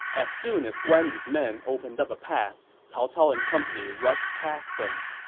as soon as guan yu's men opened up a path, cao cao and company rushed past them.